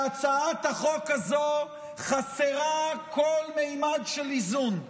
שהצעת החוק הזאת חסרה כל ממד של איזון,